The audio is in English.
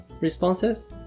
responses